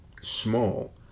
small